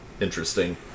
interesting